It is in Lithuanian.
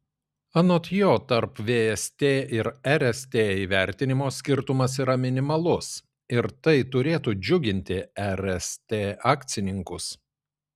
anot jo tarp vst ir rst įvertinimo skirtumas yra minimalus ir tai turėtų džiuginti rst akcininkus